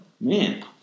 man